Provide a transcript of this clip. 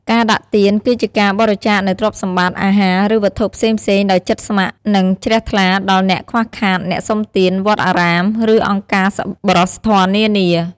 ការដាក់ទាន គឺជាការបរិច្ចាគនូវទ្រព្យសម្បត្តិ អាហារ ឬវត្ថុផ្សេងៗដោយចិត្តស្ម័គ្រ និងជ្រះថ្លាដល់អ្នកខ្វះខាត អ្នកសុំទាន វត្តអារាម ឬអង្គការសប្បុរសធម៌នានា។